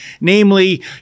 Namely